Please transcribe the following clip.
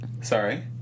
Sorry